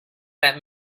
that